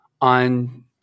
on